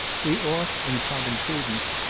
we ought, in common prudence,